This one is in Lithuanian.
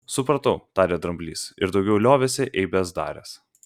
supratau tarė dramblys ir daugiau liovėsi eibes daręs